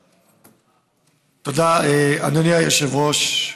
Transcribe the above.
תודה, אדוני היושב-ראש.